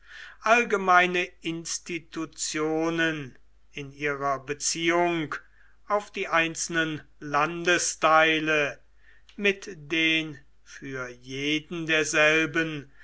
allgemeine institutionen in ihrer beziehung auf die einzelnen landesteile mit den für jeder derselben